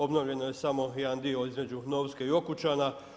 Obnovljeno je samo jedan dio između Novske i Okučana.